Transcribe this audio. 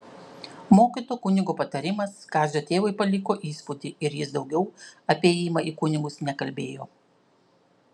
mokyto kunigo patarimas kazio tėvui paliko įspūdį ir jis daugiau apie ėjimą į kunigus nekalbėjo